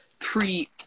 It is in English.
Three